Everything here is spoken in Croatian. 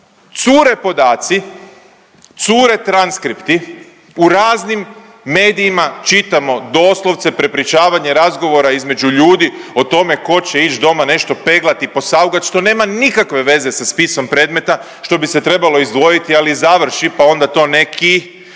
Cure podaci, cure transkripti, u raznim medijima čitamo doslovce prepričavanje razgovora između ljudi o tome ko će ić doma nešto peglat i posaugat što nema nikakve veze sa spisom predmeta što bi se trebalo izdvojiti, ali i završi, pa onda to neki